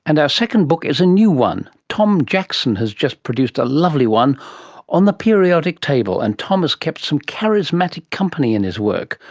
and our second book is a new one. tom jackson has just produced a lovely one on the periodic table, and tom has kept some charismatic company in his work,